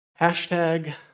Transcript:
Hashtag